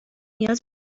نیاز